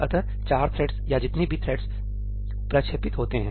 अतः चार थ्रेड्स या जितने भी थ्रेड्स प्रक्षेपित होते हैं